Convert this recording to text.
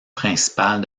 principale